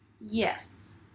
Yes